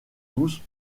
douces